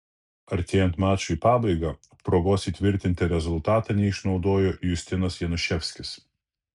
artėjant mačui į pabaigą progos įtvirtinti rezultatą neišnaudojo justinas januševskis